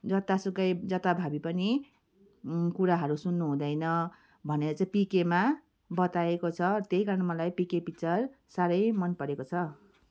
जतासुकै जथाभाबी पनि कुराहरू सुन्नु हुँदैन भनेर चाहिँ पिकेमा बताएको छ त्यही कारण मलाई पिके पिक्चर साह्रै मन परेको छ